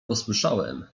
posłyszałem